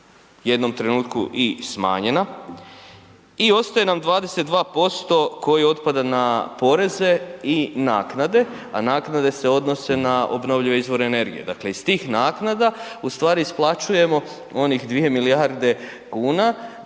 jednom trenutku i smanjena. I ostaje nam 22% koje otpada na poreze i naknade a naknade se odnose na obnovljive izvore energije. Dakle iz tih naknada ustvari isplaćujemo onih 2 milijarde kuna